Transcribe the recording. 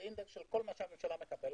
אינדקס של כל מה שהממשלה מקבלת